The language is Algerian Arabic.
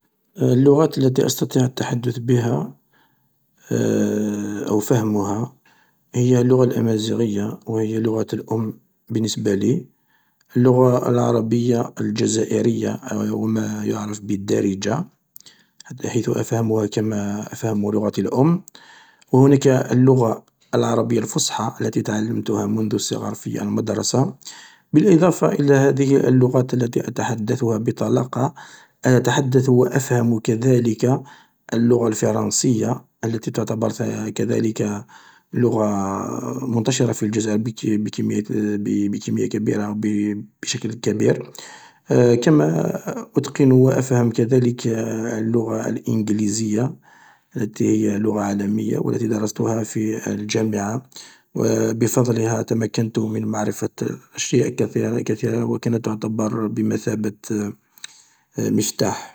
اللغات التي أستطيع التحدث بها أو فهمتها هي اللغة الأمازيغية و هي اللغة الأم بالنسبة لي اللغة العربية الجزائرية أو ما يعرف بالدارجة حيث أفهمها كما أفهم لغتي الأم و هناك اللغة العربية الفصحى التي تعلمتها منذ الصغر في المدرسة بالإضافة إلى هذه اللغات التي أتحدثها بطلاقة أتحدث و أفهم كذلك اللغة الفرنسية التي تعتبر كذلك لغة منتشرة في الجزائر بكمية كبيرة بشكل كبير كما أتقن و أفهم كذلك اللغة الإنجليزية التي هي لغة عالمية و التي درستها في الجامعة و بفضلها تمكنت من معرفة أشياء كثيرة كثيرة و كانت تعتبر بمثابة مفتاح.